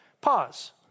Pause